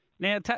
Now